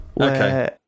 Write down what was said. Okay